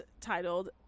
titled